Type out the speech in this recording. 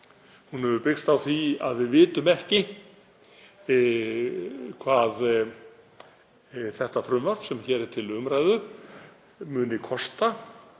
Hún hefur byggst á því að við vitum ekki hvað það frumvarp sem hér er til umræðu mun kosta.